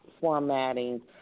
formatting